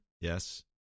Yes